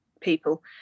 people